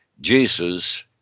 Jesus